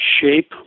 shape